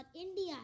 India